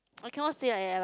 I cannot say like that what